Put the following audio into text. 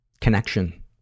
connection